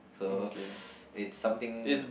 so it's something